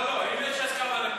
לא לא, אם יש הסכמה, לפנים.